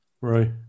Right